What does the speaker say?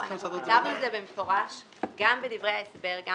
כתבנו את זה במפורש גם בדברי ההסבר גם